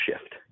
shift